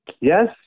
Yes